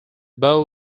bow